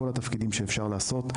בכל התפקידים שאפשר לעשות,